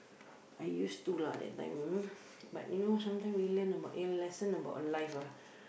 I used to lah that time but you know sometime we learn about lesson about life lah